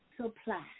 supply